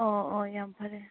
ꯑꯣ ꯑꯣ ꯌꯥꯝ ꯐꯔꯦ